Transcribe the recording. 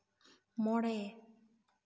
ᱢᱚᱬᱮ